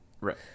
Right